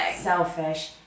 selfish